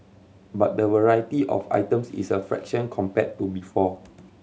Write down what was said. but the variety of items is a fraction compared to before